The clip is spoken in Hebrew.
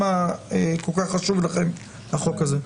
אם כל כך חשוב לכם החוק הזה.